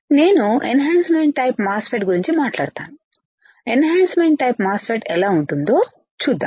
నేను enhancement type MOSFET గురించి మాట్లాడుతాను ఎన్ హాన్సమెంట్ టైప్ మాస్ఫెట్ ఎలా ఉంటుందో చూద్దాం